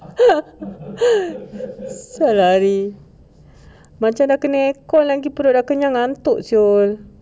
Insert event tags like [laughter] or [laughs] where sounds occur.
[laughs] sia lah macam kena air con lagi perut dah kenyang mengantuk [siol]